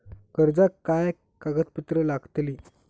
कर्जाक काय कागदपत्र लागतली?